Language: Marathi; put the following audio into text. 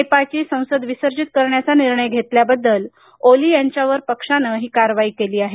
नेपाळची संसद विसर्जित करण्याचा निर्णय घेतल्याबद्दल ओली यांच्यावर पक्षानं ही कारवाई केली आहे